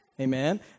Amen